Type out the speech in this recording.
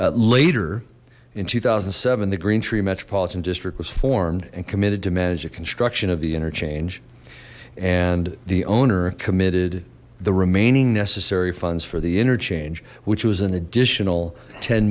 later in two thousand and seven the greentree metropolitan district was formed and committed to manage a construction of the interchange and the owner committed the remaining necessary funds for the interchange which was an additional ten